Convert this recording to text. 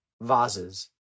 vases